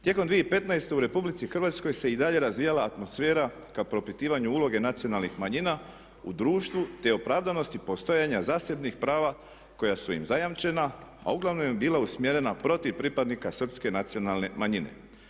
Tijekom 2015. u Republici Hrvatskoj se i dalje razvijala atmosfera ka propitivanju uloge nacionalnih manjina u društvu te opravdanosti postojanja zasebnih prava koja su im zajamčena, a uglavnom je bila usmjerena protiv pripadnika srpske nacionalne manjine.